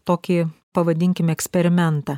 tokį pavadinkim eksperimentą